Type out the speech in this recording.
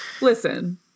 Listen